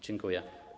Dziękuję.